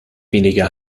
weniger